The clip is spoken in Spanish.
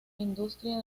industria